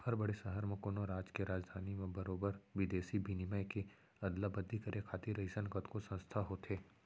हर बड़े सहर म, कोनो राज के राजधानी म बरोबर बिदेसी बिनिमय के अदला बदली करे खातिर अइसन कतको संस्था होथे